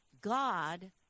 God